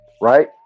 right